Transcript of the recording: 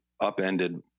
upended